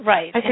Right